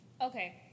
Okay